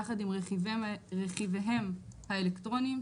יחד עם רכיביהם האלקטרוניים,